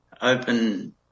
Open